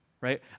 right